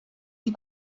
die